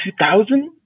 2000